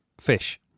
Fish